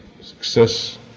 success